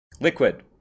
liquid